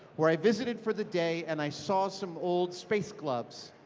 where i visited for the day and i saw some old space gloves.